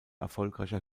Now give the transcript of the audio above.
erfolgreicher